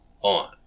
on